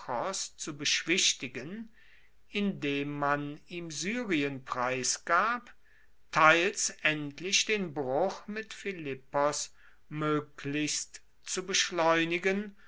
zu beschwichtigen indem man ihm syrien preisgab teils endlich den bruch mit philippos moeglichst zu beschleunigen